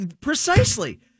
precisely